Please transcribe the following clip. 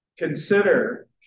Consider